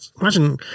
Imagine